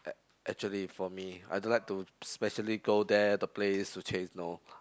ac~ actually for me I don't like to specially go there the place to chase no